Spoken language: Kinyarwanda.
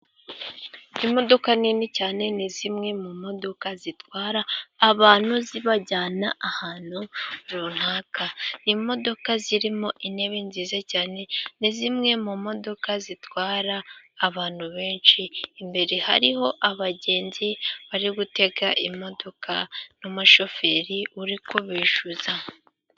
Imodoka nini cyane ni zimwe mu modoka zitwara abantu zibajyana ahantu runaka. Imodoka zirimo intebe nziza cyane ni zimwe mu modoka zitwara abantu benshi. Imbere hariho abagenzi bari gutega imodoka n'umushoferi uri kubishyuza.